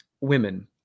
women